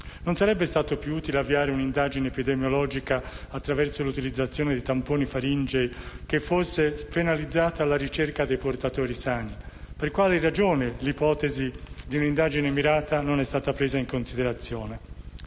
non sarebbe stato più utile avviare un'indagine epidemiologica che, attraverso l'utilizzo di tamponi faringei, fosse specificatamente finalizzata alla ricerca dei portatori sani? Per quali ragioni l'ipotesi di una indagine mirata non è stata presa in considerazione?